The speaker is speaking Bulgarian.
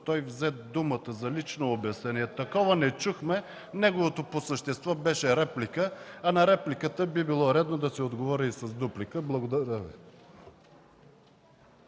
той взе думата за лично обяснение. Такова не чухме. Неговото по същество беше реплика. На репликата би било редно да се отговори с дуплика. Благодаря.